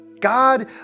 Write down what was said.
God